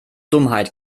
dummheit